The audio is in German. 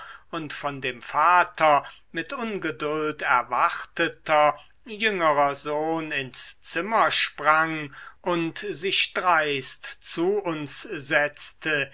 und von dem vater mit ungeduld erwarteter jüngerer sohn ins zimmer sprang und sich dreust zu uns setzte